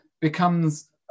becomes